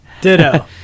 ditto